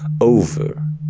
over